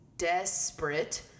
desperate